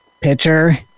Pitcher